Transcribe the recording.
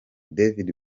david